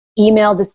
email